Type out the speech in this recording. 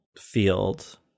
field